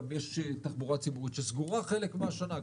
גם התחבורה הציבורית הייתה סגורה חלק מהשנה,